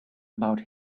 about